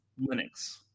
Linux